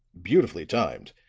beautifully timed,